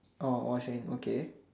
oh all sharing okay